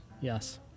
Yes